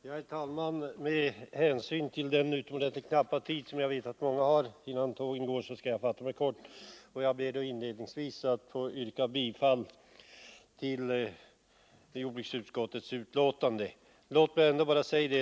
Herr talman! Med tanke på den utomordentligt knappa tid som jag vet att många ledamöter har på sig innan tågen går skall jag fatta mig kort. Inledningsvis ber jag att få yrka bifall till jordbruksutskottets hemställan.